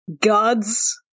Gods